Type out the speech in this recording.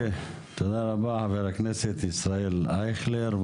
תודה רבה חבר הכנסת ישראל אייכלר.